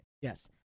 Yes